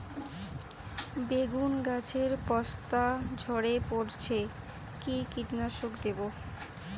বেগুন গাছের পস্তা ঝরে পড়ছে কি কীটনাশক দেব?